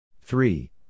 Three